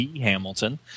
Hamilton